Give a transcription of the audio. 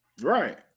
Right